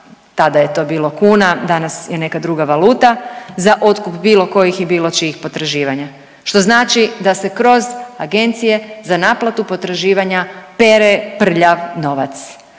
tada je to bilo kuna, danas je neka druga valuta, za otkup bilo kojih i bilo čijih potraživanja, što znači da se kroz Agencije za naplatu potraživanja pere prljav novac.